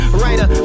writer